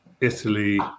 Italy